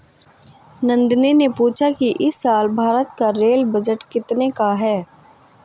नंदनी ने पूछा कि इस साल भारत का रेल बजट कितने का है?